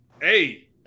hey